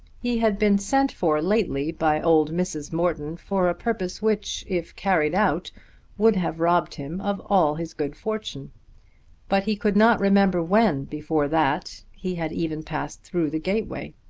he had been sent for lately by old mrs. morton for a purpose which if carried out would have robbed him of all his good fortune but he could not remember when, before that, he had even passed through the gateway.